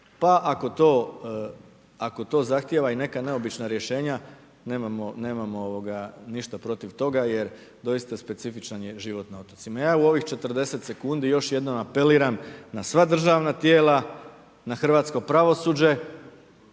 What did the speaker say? Pa ako to zahtjeva i neka neobična rješenja, nemamo ništa protiv toga jer doista specifičan je život na otocima. Ja u ovih 40 sekundi još jednom apeliram na sva državna tijela, na hrvatsko pravosuđe